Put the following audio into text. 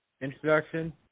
introduction